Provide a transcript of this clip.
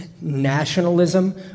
nationalism